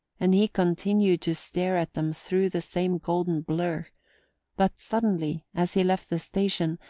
and he continued to stare at them through the same golden blur but suddenly, as he left the station,